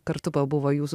kartu pabuvo jūsų